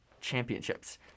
championships